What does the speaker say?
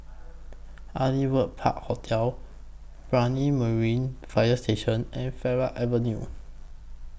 Aliwal Park Hotel Brani Marine Fire Station and Farleigh Avenue